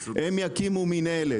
הם יקימו מִנהלת,